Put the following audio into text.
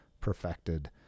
perfected